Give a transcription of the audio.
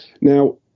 Now